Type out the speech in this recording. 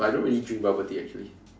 but I don't really drink bubble tea actually